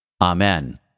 Amen